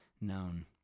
known